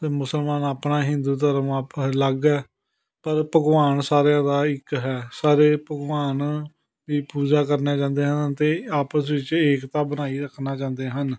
ਅਤੇ ਮੁਸਲਮਾਨ ਆਪਣਾ ਹਿੰਦੂ ਧਰਮ ਆਪ ਅਲੱਗ ਏ ਪਰ ਭਗਵਾਨ ਸਾਰਿਆਂ ਦਾ ਇੱਕ ਹੈ ਸਾਰੇ ਭਗਵਾਨ ਦੀ ਪੂਜਾ ਕਰਨਾ ਚਾਹੁੰਦੇ ਹਨ ਅਤੇ ਆਪਸ ਵਿੱਚ ਏਕਤਾ ਬਣਾਈ ਰੱਖਣਾ ਚਾਹੁੰਦੇ ਹਨ